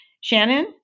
Shannon